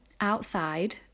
outside